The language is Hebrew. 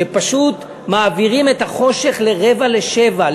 שפשוט מעבירים את החושך ל-06:45,